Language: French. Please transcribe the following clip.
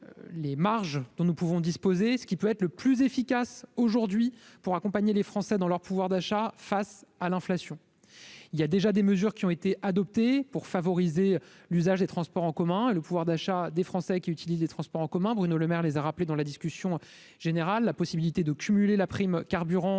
les marges dont nous pouvons disposer ce qui peut être le plus efficace aujourd'hui pour accompagner les Français dans leur pouvoir d'achat face à l'inflation, il y a déjà des mesures qui ont été adoptées pour favoriser l'usage des transports en commun et le pouvoir d'achat des Français qui utilisent les transports en commun, Bruno Lemaire les a rappelés dans la discussion générale, la possibilité de cumuler la prime carburant